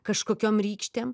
kažkokiom rykštėm